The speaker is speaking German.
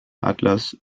atlas